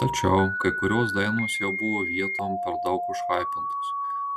tačiau kai kurios dainos jau buvo vietom per daug užhaipintos